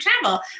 travel